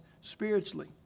spiritually